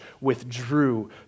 withdrew